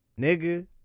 Nigga